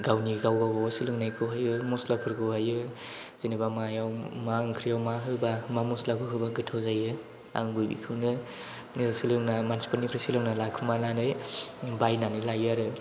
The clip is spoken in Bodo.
गावनि गावबागाव सोलोंनायखौहायो मस्लाफोरखौहायो जेनेबा मायाव मा ओंख्रियाव मा होबा मा मस्लाफोरखौ होबा गोथाव जायो आंबो बेखौनो सोलोंना मानसिफोरनिफ्राय सोलोंना लाखुमानानै बायनानै लायो आरो